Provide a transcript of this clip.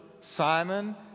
Simon